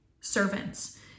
servants